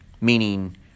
meaning